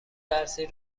درسی